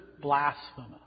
blasphemy